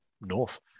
North